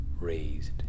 raised